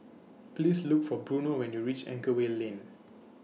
Please Look For Bruno when YOU REACH Anchorvale Lane